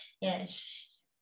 yes